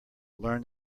learn